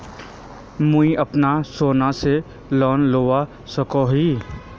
मुई अपना सोना से लोन लुबा सकोहो ही?